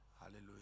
Hallelujah